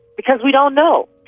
because we don't know.